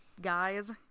guys